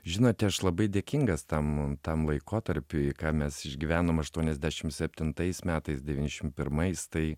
žinote aš labai dėkingas tam tam laikotarpiui ką mes išgyvenom aštuoniasdešim septintais metais devyniasdešim pirmais tai